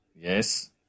Yes